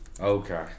Okay